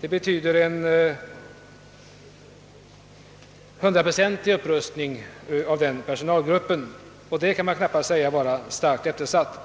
vilket betyder en nästan 100 procentig förstärkning av denna personalgrupp. Då kan man ju knappast tala om att frivårdsområdet är starkt eftersatt.